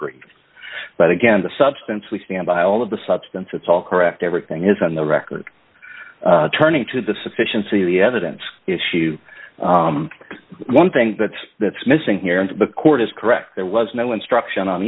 but again the substance we stand by all of the substance it's all correct everything is on the record turning to the sufficiency of the evidence issue one thing but that's missing here and the court is correct there was no instruction on